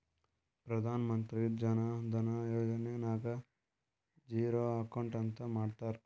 ಪ್ರಧಾನ್ ಮಂತ್ರಿ ಜನ ಧನ ಯೋಜನೆ ನಾಗ್ zero account ಅಂತ ಮಾಡ್ತಾರ